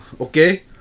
okay